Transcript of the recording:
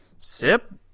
sip